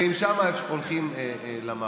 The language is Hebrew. ובאמצע המפלגות החרדיות, ועם זה הולכים למערכה.